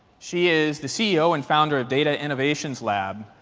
she is the ceo and founder of data innovations lab,